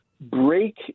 break